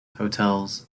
hotels